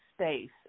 space